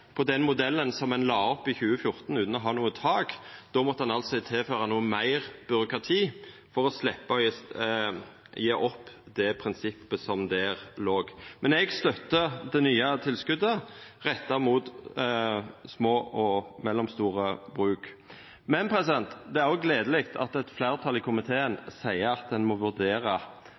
på den modellen som ein la opp til i 2014, utan å ha noko tak. Då måtte ein altså tilføra noko meir byråkrati for å sleppa å gje opp det prinsippet som låg der. Men eg støttar det nye tilskotet retta mot små og mellomstore bruk. Men det er òg gledeleg at eit fleirtal i komiteen seier at ein må vurdera